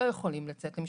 שלא יכולים לצאת למשפחות,